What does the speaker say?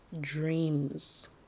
dreams